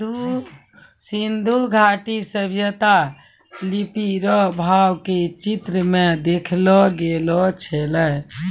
सिन्धु घाटी सभ्यता लिपी रो भाव के चित्र मे देखैलो गेलो छलै